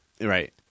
Right